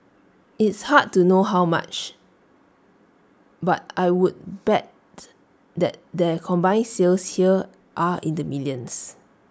it's hard to know how much but I would bet that their combining sales here are in the millions